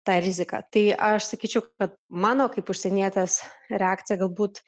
tą riziką tai aš sakyčiau kad mano kaip užsienietės reakcija galbūt